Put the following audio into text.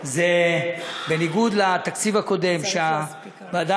זה בניגוד לתקציב הקודם, צריך להספיק הרבה.